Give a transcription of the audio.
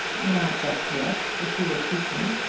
not just yet if you will keep me.